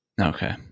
okay